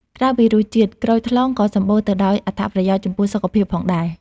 ក្រៅពីរសជាតិ ក្រូចថ្លុងក៏សម្បូរទៅដោយអត្ថប្រយោជន៍ចំពោះសុខភាពផងដែរ។